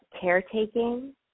caretaking